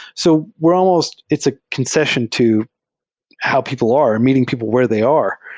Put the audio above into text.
so we're almost it's a concession to how people are or meeting people where they are,